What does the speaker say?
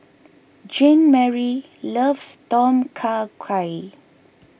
Jeanmarie loves Tom Kha Gai